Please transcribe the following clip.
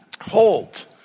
hold